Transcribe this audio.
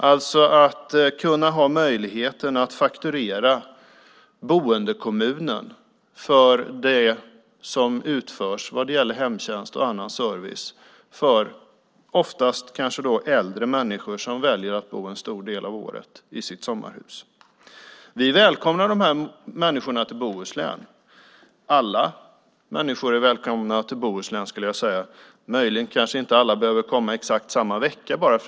Det ska vara möjligt att fakturera boendekommunen för det som utförs vad gäller hemtjänst och annan service för oftast äldre människor som väljer att bo en stor del av året i sitt sommarhus. Vi välkomnar dessa människor till Bohuslän. Alla människor är välkomna till Bohuslän, skulle jag säga. Möjligen kanske inte alla behöver komma exakt samma vecka.